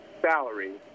salary